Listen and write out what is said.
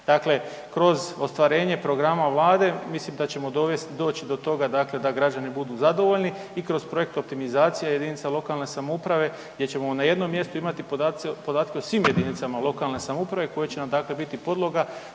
Dakle kroz ostvarenje programa Vlade, mislim da ćemo doći do toga dakle da građani budu zadovoljni i kroz projekt optimizacije jedinica lokalne samouprave gdje ćemo na jednom mjestu imati podatke o svim jedinicama lokalne samouprave koje će nam dakle biti podloga